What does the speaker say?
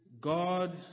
God